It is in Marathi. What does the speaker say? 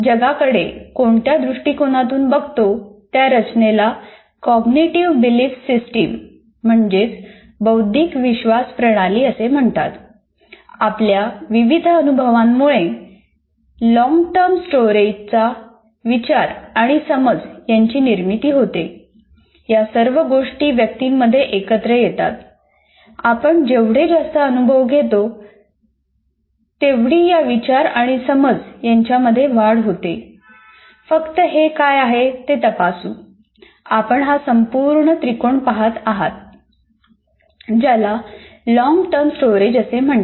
आपण जगाकडे कोणत्या दृष्टिकोनातून बघतो त्या रचनेला कॉग्निटिव्ह बिलीफ सिस्टीम कडे पाहणार आहोत